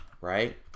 right